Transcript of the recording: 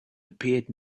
appeared